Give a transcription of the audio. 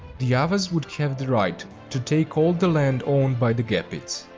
the avars would have the right to take all the land owned by the gepids.